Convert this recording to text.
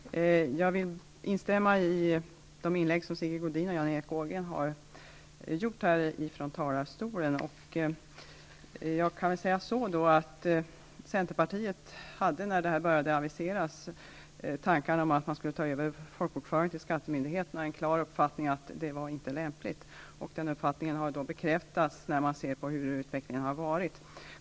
Herr talman! Jag vill instämma i de inlägg som Sigge Godin och Jan Erik Ågren har gjort här ifrån talarstolen. När tankar om att man skulle ta över folkbokföringen till skattemyndigheterna började aviseras hade centern en klar uppfattning om att det inte var lämpligt. Den uppfattningen har man fått bekräftad när man ser hur utvecklingen har gått.